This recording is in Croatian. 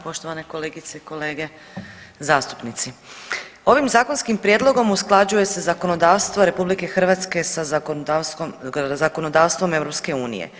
Poštovane kolegice i kolege zastupnici, ovim zakonskim prijedlogom usklađuje se zakonodavstvo RH sa zakonodavstvom EU.